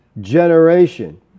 generation